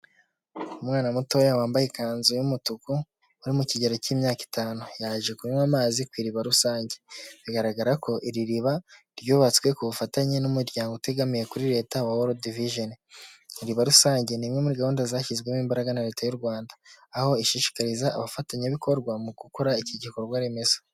Umwana mutoya wambaye ikanzu y'umutuku uri mu kigero cy'imyaka itanu yaje kunywa amazi ku iriba rusange bigaragara ko iri riba ryubatswe ku bufatanye n'umuryango utegamiye kuri leta wa wold vision. Iriba rusange ni imwe muri gahunda zashyizwemo imbaraga na Leta y'u Rwanda aho ishishikariza abafatanyabikorwa mu gukora iki gikorwa remezo.